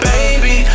Baby